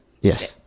yes